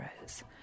rose